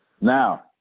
Now